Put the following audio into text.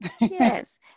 Yes